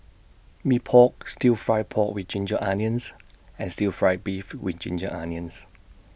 Mee Pok Stir Fried Pork with Ginger Onions and Stir Fry Beef with Ginger Onions